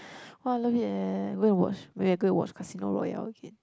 !wah! I love it eh go and watch wait I go and watch Casino Royale again